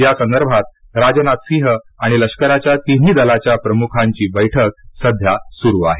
या संदर्भात राजनाथ सिंह आणि लष्कराच्या तिन्ही दलाच्या प्रमुखांची बैठक सध्या सुरु आहे